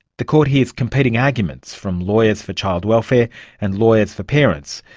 the court hears competing arguments from lawyers for child welfare and lawyers for parents.